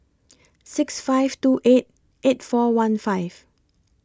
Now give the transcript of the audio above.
six five two eight eight four one five